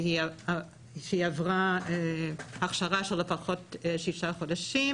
שהיא עברה הכשרה של לפחות 6 חודשים,